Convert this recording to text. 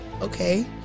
okay